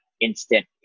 instant